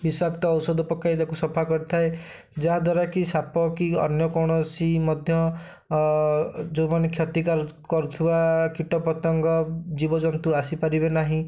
ବିଷାକ୍ତ ଔଷଧ ପକାଇ ତାକୁ ସଫା କରିଥାଏ ଯାହାଦ୍ୱାରା କି ସାପ କି ଅନ୍ୟକୌଣସି ମଧ୍ୟ ଯୋଉମାନେ କ୍ଷତି କରୁଥିବା କୀଟପତଙ୍ଗ ଜୀବଜନ୍ତୁ ଆସିପାରିବେ ନାହିଁ